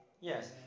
Yes